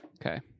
Okay